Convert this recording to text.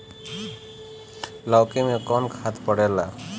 लौकी में कौन खाद पड़ेला?